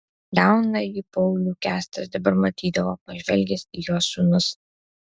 jaunąjį paulių kęstas dabar matydavo pažvelgęs į jo sūnus